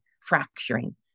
fracturing